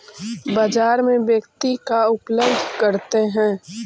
बाजार में व्यक्ति का उपलब्ध करते हैं?